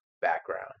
background